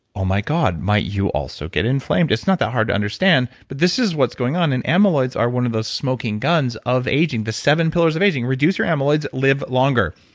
oh my god, you also get inflamed? it's not that hard to understand, but this is what's going on and amyloids are one of those smoking guns of aging the seven pillars of aging, reduce your amyloids, live longer.